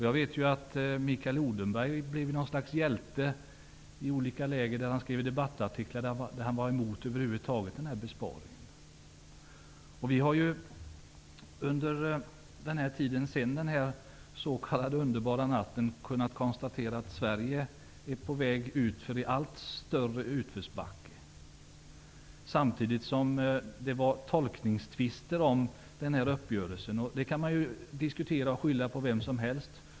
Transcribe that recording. Jag vet att Mikael Odenberg har blivit något slags hjälte i olika läger, när han skrev debattartiklar där han över huvud taget var emot den här besparingen. Vi har under tiden efter den s.k. underbara natten kunnat konstatera att Sverige är på väg utför i en allt större utförsbacke. Samtidigt fanns det tolkningstvister om uppgörelsen, vilket man kan diskutera och skylla på vem som helst.